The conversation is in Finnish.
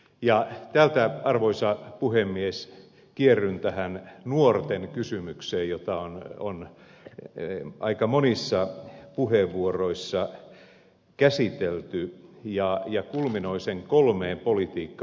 ja täältä arvoisa puhemies kierryn tähän nuorten kysymykseen jota on aika monissa puheenvuoroissa käsitelty ja kulminoin sen kolmeen politiikka alueeseen